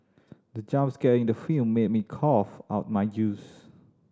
the jump scare in the film made me cough out my juice